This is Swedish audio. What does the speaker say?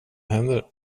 händer